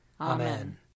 Amen